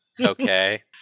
okay